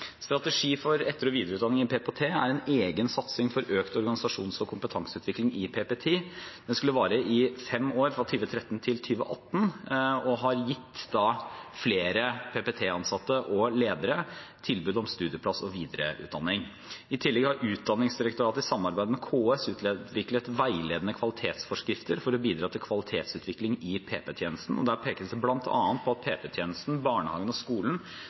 Strategi for etter- og videreutdanning i PPT er en egen satsing for økt organisasjons- og kompetanseutvikling i PPT. Den skal vare i fem år, fra 2013 til 2018, og har gitt flere ansatte og ledere i PPT tilbud om studieplass i videreutdanningen. I tillegg har Utdanningsdirektoratet i samarbeid med KS utviklet veiledende kvalitetsforskrifter for å bidra til kvalitetsutvikling i PP-tjenesten. Der pekes det bl.a. på at PP-tjenesten, barnehagen og skolen